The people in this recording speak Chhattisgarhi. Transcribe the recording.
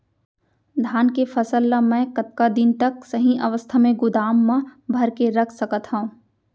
धान के फसल ला मै कतका दिन तक सही अवस्था में गोदाम मा भर के रख सकत हव?